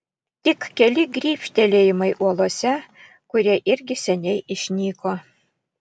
tik keli grybštelėjimai uolose kurie irgi seniai išnyko